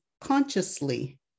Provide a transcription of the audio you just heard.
consciously